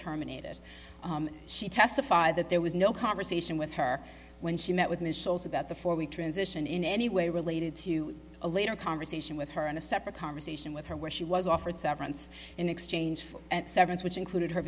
terminated she testified that there was no conversation with her when she met with initials about the four we transition in any way related to a later conversation with her in a separate conversation with her where she was offered severance in exchange for at severance which included her